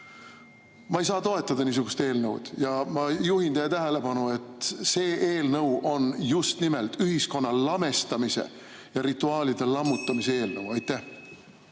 Ma ei saa toetada niisugust eelnõu. Ma juhin teie tähelepanu, et see eelnõu on just nimelt ühiskonna lamestamise ja rituaalide lammutamise eelnõu.